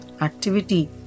activity